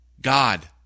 God